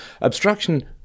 obstruction